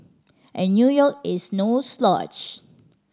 and New York is no slouch